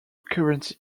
currency